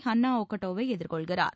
Hannah ஒக்ஹோட்டாவை எதிர்கொள்கிறார்